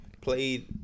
played